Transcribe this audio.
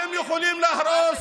אתם יכולים להרוס,